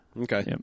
Okay